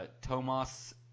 Thomas